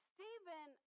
Stephen